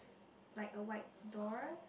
like a white door